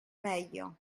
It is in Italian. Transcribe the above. meglio